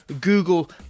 Google